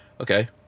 Okay